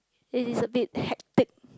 it is a bit hectic